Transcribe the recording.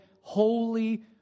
holy